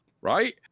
right